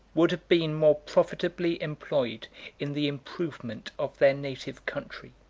would have been more profitably employed in the improvement of their native country